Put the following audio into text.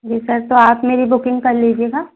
जी sir तो आप मेरी बुकिंग कर लीजिएगा